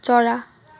चरा